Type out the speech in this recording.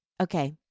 Okay